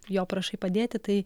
jo prašai padėti tai